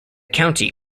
county